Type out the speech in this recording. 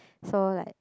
so like